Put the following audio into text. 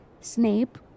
Snape